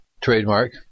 trademark